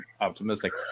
optimistic